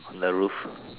on the roof